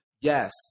yes